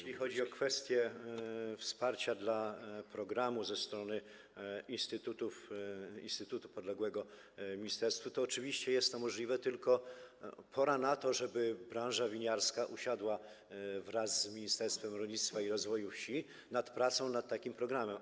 Jeśli chodzi o kwestię wsparcia dla programu ze strony instytutu podległego ministerstwu, to oczywiście jest to możliwe, tylko pora na to, żeby branża winiarska usiadła wraz z Ministerstwem Rolnictwa i Rozwoju Wsi nad przygotowaniem takiego programu.